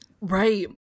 Right